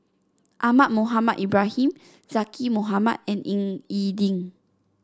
Ahmad Mohamed Ibrahim Zaqy Mohamad and Ying E Ding